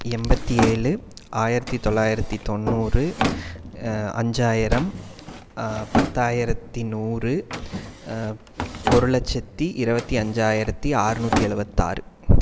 எண்பத்தி ஏழு ஆயிரத்தி தொள்ளாயிரத்தி தொண்ணூறு அஞ்சாயிரம் பத்தாயரத்தி நூறு ஒரு லட்சத்தி இருவத்தி அஞ்சாயிரத்தி ஆற்நூற்றி எழுபத்தாறு